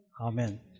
amen